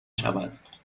شود